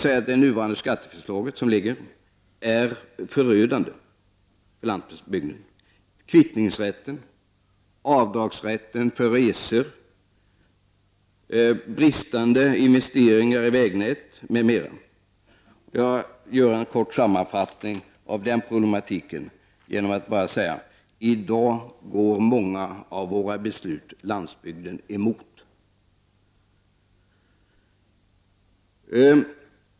Det nuvarande skatteförslaget är förödande för landsbygden genom att bl.a. kvittningsrätten, avdragsrätten för resor reduceras och genom att investeringarna i vägnätet minskar. För att göra en kort sammanfattning av denna problematik: I dag går många av våra beslut landsbygden emot.